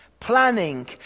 planning